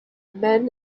men